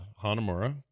hanamura